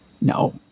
No